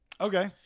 Okay